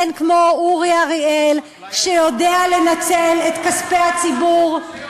יודע לעשות התיישבות.